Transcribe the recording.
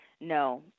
No